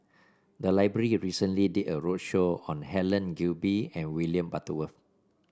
the library recently did a roadshow on Helen Gilbey and William Butterworth